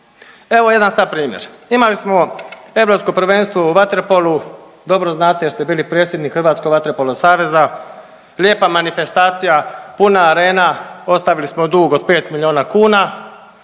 Evo jedan sad primjer, imali smo Europsko prvenstvo u vaterpolu, dobro znate jer ste bili predsjednik Hrvatskog vaterpolo saveza, lijepa manifestacija, puna arena, ostavili smo dug od 5 miliona kuna